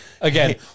Again